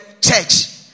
church